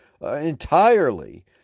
entirely